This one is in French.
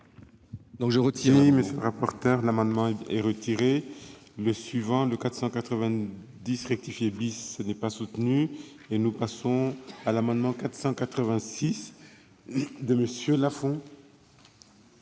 donc je retire